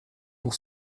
pour